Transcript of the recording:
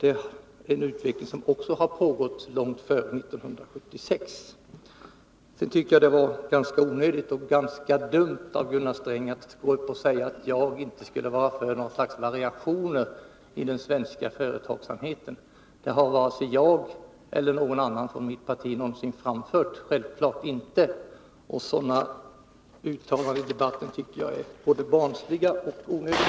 Det är en utveckling som pågick långt före 1976. Det var ganska onödigt och dumt av Gunnar Sträng att påstå att jag inte skulle vara för variationer i den svenska företagsamheten. Varken jag eller någon annan från mitt parti har hävdat något sådant — självklart inte. Sådana uttalanden av Gunnar Sträng i debatten är både barnsliga och onödiga.